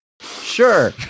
sure